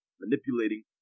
manipulating